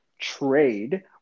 trade